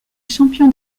champion